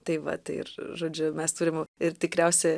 tai vat ir žodžiu mes turim ir tikriausia